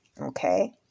okay